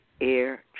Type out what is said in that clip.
air